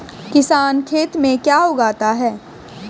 किसान खेत में क्या क्या उगाता है?